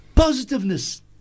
Positiveness